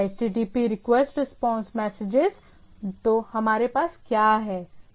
HTTP request response messages तो हमारे पास क्या है